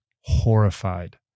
horrified